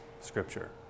Scripture